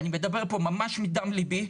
אני מדבר פה ממש מדם ליבי.